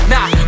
Nah